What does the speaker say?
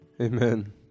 Amen